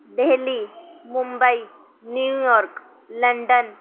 Delhi Mumbai New York London